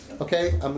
Okay